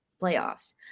playoffs